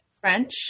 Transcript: French